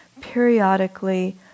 periodically